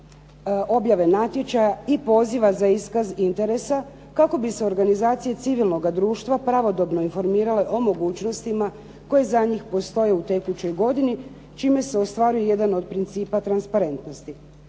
objave natječaja i poziva za iskaz interesa kako bi se organizacije civilnoga društva pravodobno informirale o mogućnostima koje za njih postoje u tekućoj godini, čime se ostvaruje jedan od principa transparentnosti.